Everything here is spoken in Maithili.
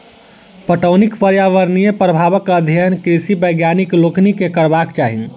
पटौनीक पर्यावरणीय प्रभावक अध्ययन कृषि वैज्ञानिक लोकनि के करबाक चाही